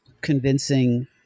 convincing